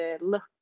look